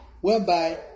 whereby